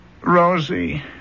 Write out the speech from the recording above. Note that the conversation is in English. Rosie